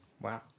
Wow